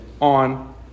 on